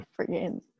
Friggin